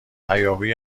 هیاهوی